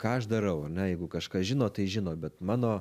ką aš darau ar ne jeigu kažkas žino tai žino bet mano